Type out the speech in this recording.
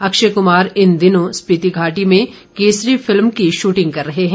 अक्षय कमार इन दिनों स्पिति घाटी में केसरी फिल्म की शूटिंग कर रहे हैं